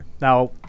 now